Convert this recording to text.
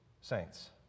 saints